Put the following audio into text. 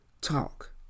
talk